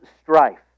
strife